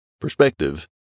perspective